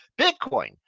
Bitcoin